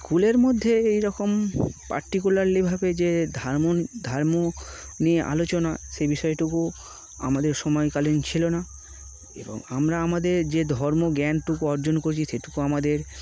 স্কুলের মধ্যে এইরকম পার্টিকুলারলিভাবে যে ধর্ম নিয়ে আলোচনা সেই বিষয়টুকু আমাদের সময়কালীন ছিল না এবং আমরা আমাদের যে ধর্ম জ্ঞানটুকু অর্জন করছি সেটুকু আমাদের